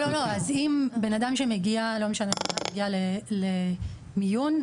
בן אדם שמגיע למיון,